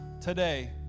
today